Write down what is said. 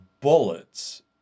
bullets